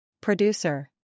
Producer